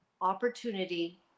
opportunity